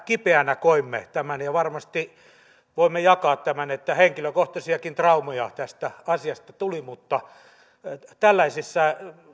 kipeänä koimme tämän varmasti voimme jakaa tämän että henkilökohtaisiakin traumoja tästä asiasta tuli mutta tällaisissa